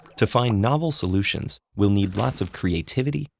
to find novel solutions, we'll need lots of creativity,